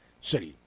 City